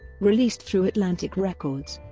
released through atlantic records,